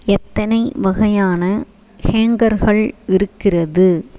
எத்தனை வகையான ஹேங்கர்கள் இருக்கிறது